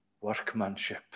workmanship